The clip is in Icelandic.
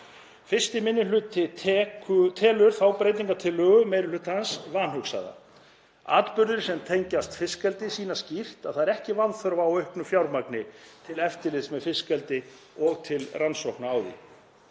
1. minni hluti telur þá breytingartillögu meiri hlutans vanhugsaða. Atburðir sem tengjast fiskeldi sýna skýrt að það er ekki vanþörf á auknu fjármagni til eftirlits með fiskeldi og til rannsókna á því.